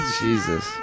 Jesus